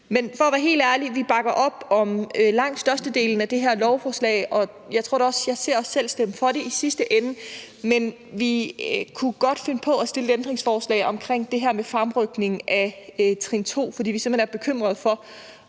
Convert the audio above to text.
Men for at være helt ærlig bakker vi op om langt størstedelen af det her lovforslag, og jeg tror da også, jeg ser os stemme for det i sidste ende, men vi kunne godt finde på at stille ændringsforslag omkring det her med fremrykningen af trin 2, fordi vi simpelt hen er bekymrede for,